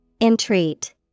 Entreat